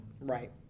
Right